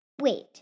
Wait